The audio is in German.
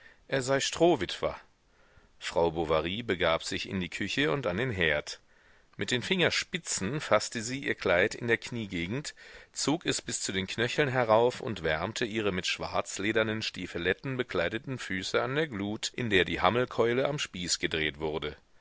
er sei strohwitwer frau bovary begab sich in die küche und an den herd mit den fingerspitzen faßte sie ihr kleid in der kniegegend zog es bis zu den knöcheln herauf und wärmte ihre mit schwarzledernen stiefeletten bekleideten füße an der glut in der die hammelkeule am spieß gedreht wurde